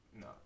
No